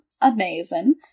Amazing